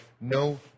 no